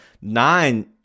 Nine